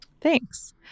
Thanks